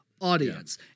audience